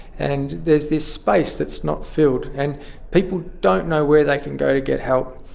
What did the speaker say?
and there's this space that is not filled, and people don't know where they can go to get help.